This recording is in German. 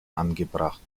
angebracht